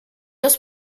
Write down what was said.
aus